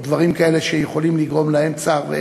או דברים כאלה שיכולים לגרום להם צער ואבל.